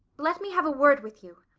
let me have a word with you.